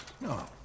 No